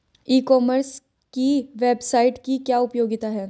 ई commerce की website की क्या उपयोगिता है?